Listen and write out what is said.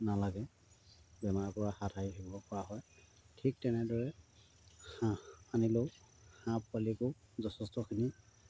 নালাগে বেমাৰৰপৰা হাত সাৰি থাকিব পৰা হয় ঠিক তেনেদৰে হাঁহ আনিলেও হাঁহ পোৱালিকো যথেষ্টখিনি